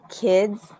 kids